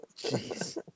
Jeez